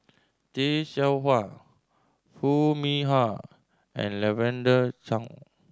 Tay Seow Huah Foo Mee Har and Lavender Chang